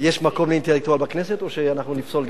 יש מקום לאינטלקטואל בכנסת או שאנחנו נפסול,